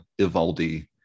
Ivaldi